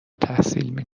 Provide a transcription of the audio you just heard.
تحصیل